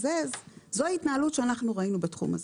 זו ההתנהלות שאנחנו ראינו בתחום הזה.